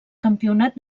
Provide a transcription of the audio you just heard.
campionat